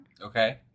Okay